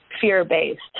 fear-based